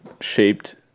shaped